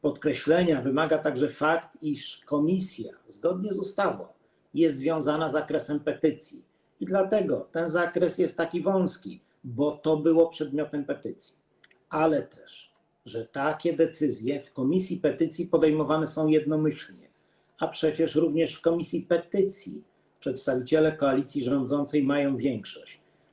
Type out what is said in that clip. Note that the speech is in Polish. Podkreślenia wymaga także fakt, iż komisja zgodnie z ustawą jest związana zakresem petycji - dlatego ten zakres jest taki wąski, bo to było przedmiotem petycji - ale też to, że takie decyzje w komisji petycji podejmowane są jednomyślnie, a przecież również w komisji petycji przedstawiciele koalicji rządzącej mają większość.